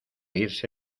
irse